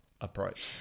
approach